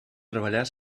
treballar